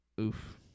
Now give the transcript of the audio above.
oof